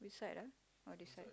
which side ah or this side